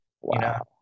Wow